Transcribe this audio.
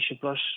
plus